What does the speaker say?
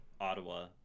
ottawa